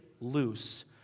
loose